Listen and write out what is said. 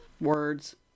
Words